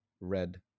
red